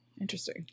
interesting